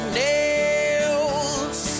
nails